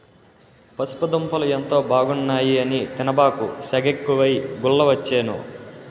పసుపు దుంపలు ఎంతో బాగున్నాయి అని తినబాకు, సెగెక్కువై గుల్లవచ్చేను